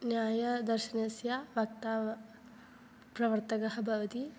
न्यायदर्शनस्य वक्ता वा प्रवर्तकः भवति